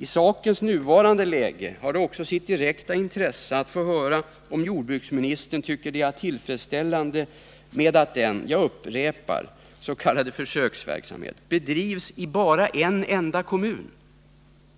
I sakens nuvarande läge är det också av direkt intresse att få höra om jordbruksministern tycker att det är tillfredsställande att en — jag upprepar — s.k. försöksverksamhet bedrivs i bara en enda kommun,